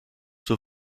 zur